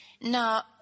Now